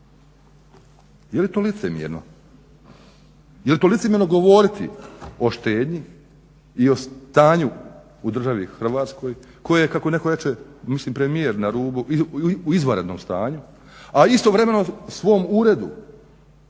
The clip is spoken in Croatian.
Je li to licemjerno? Je li to licemjerno govoriti o štednji i o stanju u državi Hrvatskoj koje kako netko reče, mislim premijer na rubu u izvanrednom stanju, a istovremeno svom uredu